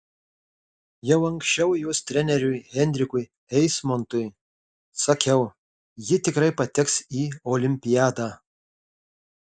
jau anksčiau jos treneriui henrikui eismontui sakiau ji tikrai pateks į olimpiadą